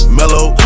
mellow